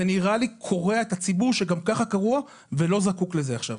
זה נראה לי קורע את הציבור שגם ככה קרוע ולא זקוק לזה עכשיו.